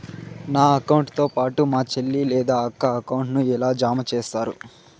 నా అకౌంట్ తో పాటు మా చెల్లి లేదా అక్క అకౌంట్ ను ఎలా జామ సేస్తారు?